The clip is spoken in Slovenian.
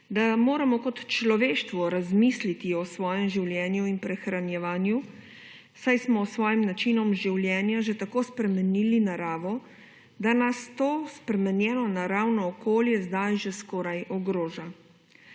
da moramo kot človeštvo razmisliti o svojem življenju in prehranjevanju, saj smo s svojim načinom življenja že tako spremenili naravo, da nas to spremenjeno naravno okolje danes že skoraj ogroža.